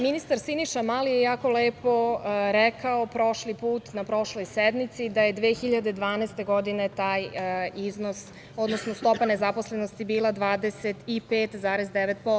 Ministar Siniša Mali je jako lepo rekao prošli put na prošloj sednici da je 2012. godine taj iznos, odnosno stopa nezaposlenosti bila 25,9%